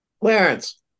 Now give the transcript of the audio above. Clarence